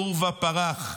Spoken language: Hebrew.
עורבא פרח.